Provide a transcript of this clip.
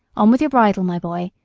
on with your bridle, my boy,